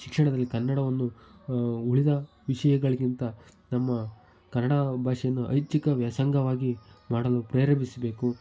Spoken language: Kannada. ಶಿಕ್ಷಣದಲ್ಲಿ ಕನ್ನಡವನ್ನು ಉಳಿದ ವಿಷಯಗಳಿಗಿಂತ ನಮ್ಮ ಕನ್ನಡ ಭಾಷೆಯನ್ನು ಐಚ್ಛಿಕ ವ್ಯಾಸಂಗವಾಗಿ ಮಾಡಲು ಪ್ರೇರೇಪಿಸಬೇಕು